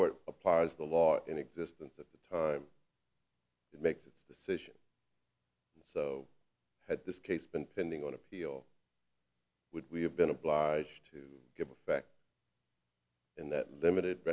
court applies the law in existence at the time it makes its decision so had this case been pending on appeal would we have been obliged to give effect in that limited